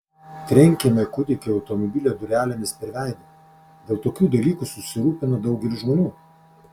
trenkėme kūdikiui automobilio durelėmis per veidą dėl tokių dalykų susirūpina daugelis žmonių